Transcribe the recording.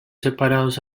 separados